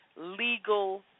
legal